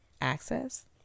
access